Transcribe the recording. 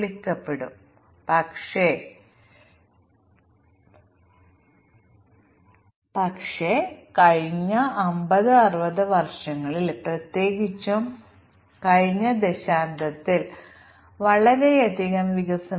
മിക്കവാറും ബഗുകളില്ല പക്ഷേ ഞങ്ങൾ രണ്ട് മൊഡ്യൂളുകൾ ഒരുമിച്ച് ചേർക്കുമ്പോൾ ഇന്റർഫേസിൽ ബഗുകൾ ഉണ്ടാകാം